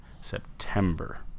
september